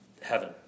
heaven